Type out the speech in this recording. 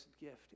gift